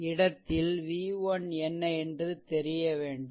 இந்த இடத்தில் v1 என்ன என்று தெரியவேண்டும்